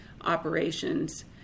operations